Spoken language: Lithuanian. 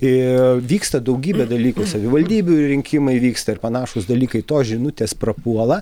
ir vyksta daugybė dalykų savivaldybių rinkimai vyksta ir panašūs dalykai tos žinutės prapuola